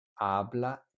habla